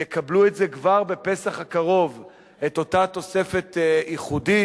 יקבלו כבר בפסח הקרוב את אותה תוספת ייחודית.